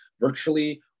virtually